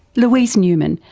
louise newman,